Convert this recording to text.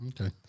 Okay